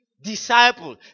disciple